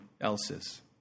else's